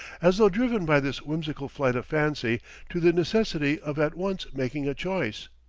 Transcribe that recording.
as though driven by this whimsical flight of fancy to the necessity of at once making a choice.